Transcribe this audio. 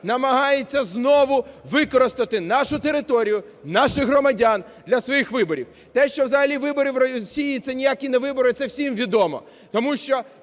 намагається знову використати нашу територію, наших громадян для своїх виборів. Те, що взагалі вибори в Росії – це ніякі не вибори, це всім відомо,